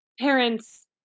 parents